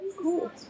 Cool